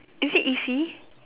is it easy